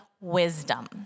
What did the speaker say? wisdom